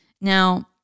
Now